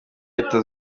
leta